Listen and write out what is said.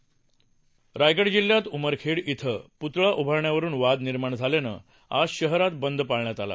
यवतमाळ जिल्ह्यात उमरखेड इथं पुतळा उभारण्यावरून वाद निर्माण झाल्यानं आज शहरात बंद पाळण्यात आला